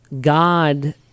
god